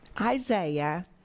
Isaiah